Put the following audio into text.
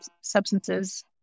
substances